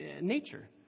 nature